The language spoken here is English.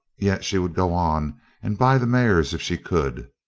yet she would go on and buy the mares if she could.